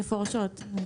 מפורשות.